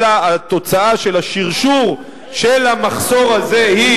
אלא התוצאה של השרשור של המחסור הזה היא